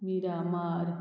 Miramar